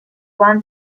one